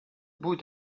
bout